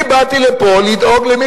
הצעת חוק החינוך הבלתי-פורמלי לילדים